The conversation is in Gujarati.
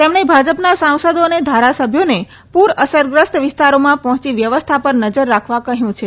તેમણે ભાજપના સાંસદો અને ધારાસભ્યોને પૂર અસરગ્રસ્ત વિસ્તારોમાં પહોંચી વ્યવસ્થા પર નજર રાખવા કહ્યું છે